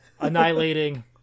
annihilating